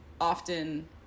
often